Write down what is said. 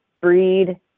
breed